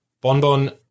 bonbon